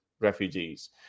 refugees